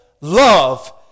love